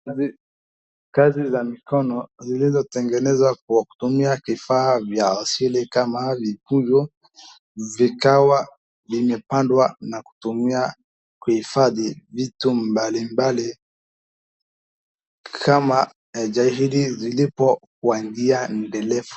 Kazi za mikono zilizotengenezwa kwa kutumia vifaa vya asili kama vipugo vikawa vimepandwa na kutumia kuhifadhi vitu mbalimbali kama haijahidi zilipowadia ndelevu.